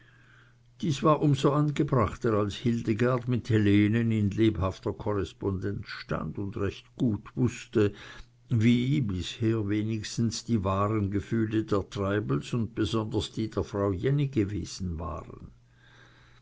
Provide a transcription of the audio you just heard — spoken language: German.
dies war um so angebrachter als hildegard mit helenen in lebhafter korrespondenz stand und recht gut wußte wie bisher wenigstens die wahren gefühle der treibels und besonders die der frau jenny gewesen waren